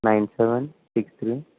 nine seven six three